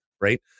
right